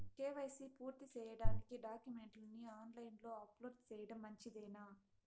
KYC పూర్తి సేయడానికి డాక్యుమెంట్లు ని ఆన్ లైను లో అప్లోడ్ సేయడం మంచిదేనా?